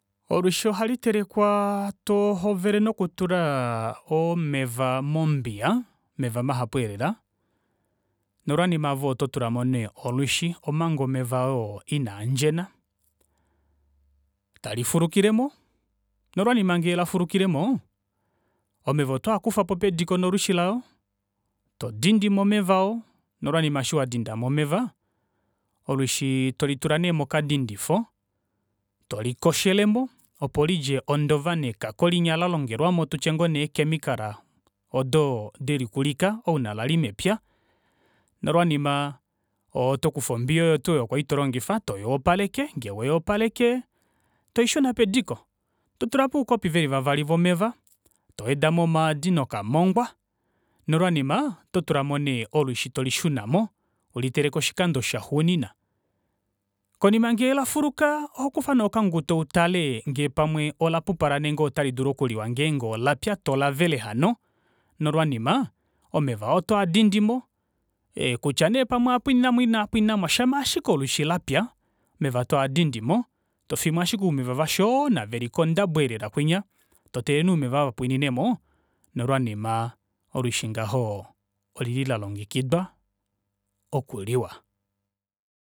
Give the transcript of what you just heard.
Olwishi oha litelekwaa tohovele noku tula omeva mombiya, omeva mahapu eelela nolwanima ove otolumo nee olwishi omanga omeva oo inaa ndjena. Talifulukilemo nolwanima ngee lafulukilemo omeva otwaa kufapo pediko nolwishi lao, todindimo omeva oo, nolwanima eshi wadindamo omeva olwishi tolitula nee mokadindifo tolikoshelamo opo lidje ondova nekako linyala lalongelwamo tutye ngoo nee ee chemical odoo delikulika ouna lali mepya nolwanima otokufa ombiya oyo twoo oyo kwali tolongifa toyoopaleke ngee weyoopaleke toishuna pediko totulapo oukopi veli va vali vomeva towedamo omaadi no kamongwa nolwanima oto tulamo nee olwishi tolishunamo uliteleke oshikando sha xuuninwa konima ngee lafuluka ohokufa nee okanguto utale ngee pamwe ola pupala nenge ota lidulu okuliwa ngeenge olaya tolavele hano nolwanima omeva oo otwaa dindimo kutya nee pamwe okwa pwiininamo ile ina pwiinininamo shama ashike olwishi lapya omeva twaa dindimo tofiyemo ashike oumeva vashoona veli kondabo eelela kunya toteelele nee umeva ovo vapwiininemo nolwanima olwishi ngaho olili lalongekidwa oku liwa.